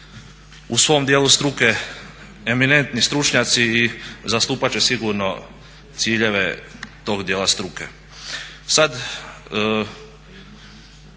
u svom dijelu struke eminentni stručnjaci i zastupat će sigurno ciljeve tog dijela struke.